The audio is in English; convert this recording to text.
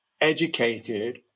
educated